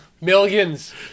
Millions